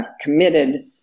committed